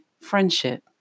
friendship